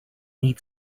need